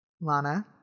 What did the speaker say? Lana